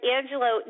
Angelo